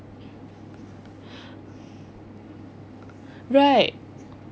right